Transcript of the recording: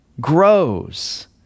grows